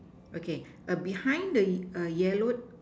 okay err behind the y~ err yellowed